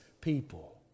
people